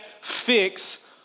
fix